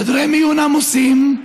חדרי מיון עמוסים,